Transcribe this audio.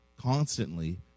constantly